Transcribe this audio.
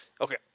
Okay